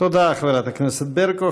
תודה, חברת הכנסת ברקו.